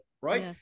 right